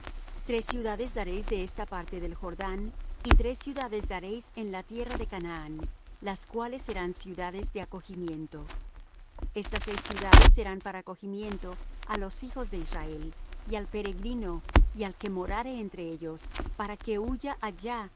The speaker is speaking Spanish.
tres ciudades daréis de esta parte del jordán y tres ciudades daréis en la tierra de canaán las cuales serán ciudades de acogimiento estas seis ciudades serán para acogimiento á los hijos de israel y al peregrino y al que morare entre ellos para que huya allá